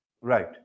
Right